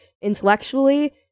intellectually